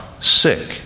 sick